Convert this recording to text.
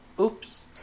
Oops